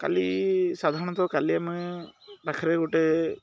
କାଲି ସାଧାରଣତଃ କାଲି ଆମେ ପାଖରେ ଗୋଟେ